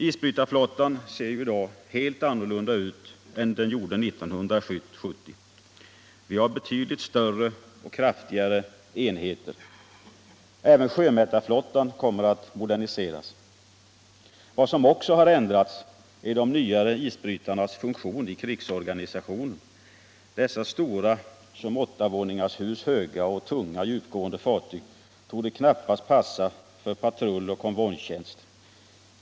Isbrytarflottan ser ju i dag helt annorlunda ut än den gjorde 1970. Vi har betydligt större och kraftigare enheter. Även sjömätarflottan kommer att moderniseras. Vad som också förändrats är de nya isbrytarnas funktion i krigsorganisationen. Dessa stora, som åttavåningars hus höga, tunga och djupgående fartyg torde knappast passa för patrulloch konvojtjänst.